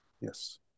Yes